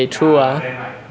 eh true ah